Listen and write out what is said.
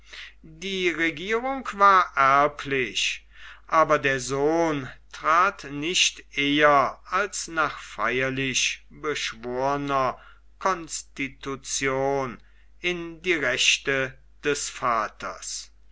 die regierung war erblich aber der sohn trat nicht eher als nach feierlich beschworener institution in die rechte des vaters